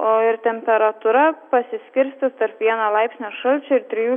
o ir temperatūra pasiskirstys tarp vieno laipsnio šalčio ir trijų